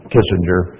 Kissinger